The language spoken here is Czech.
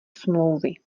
smlouvy